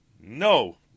no